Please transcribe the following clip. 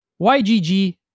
YGG